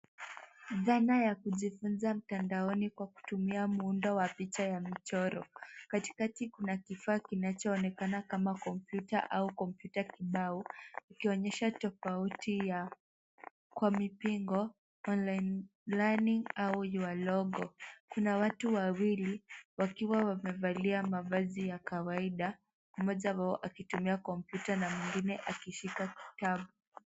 Dhana ya kujifunza mtandaoni kwa kutumia muundo wa picha ya michoro. Katikati kuna kifaa kinachoonekana kama kompyuta au kompyuta kibao, ikionyesha tofauti ya kwa mipingo online learning au Your Logo . Kuna watu wawili wakiwa wamevalia mavazi ya kawaida, mmoja wao akitumia kompyuta na mwingine akishika kitabu.